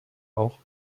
auch